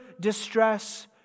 distress